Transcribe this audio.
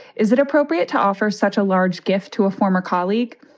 is it appropriate to offer such a large gift to a former colleague?